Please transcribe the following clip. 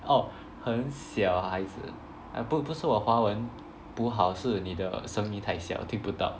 oh 很小孩子不不是我华文不好是你的声音太小听不到